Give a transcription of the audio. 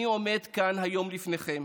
אני עומד כאן היום לפניכם,